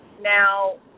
Now